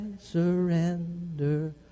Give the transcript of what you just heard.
surrender